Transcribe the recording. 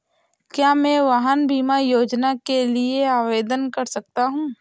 क्या मैं वाहन बीमा योजना के लिए आवेदन कर सकता हूँ?